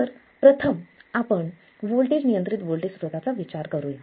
तर प्रथम आपण व्होल्टेज नियंत्रित व्होल्टेज स्त्रोताचा विचार करूया